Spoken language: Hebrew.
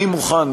אני מוכן,